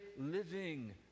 living